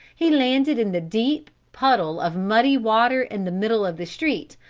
he landed in the deep puddle of muddy water in the middle of the street,